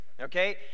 okay